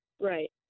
Right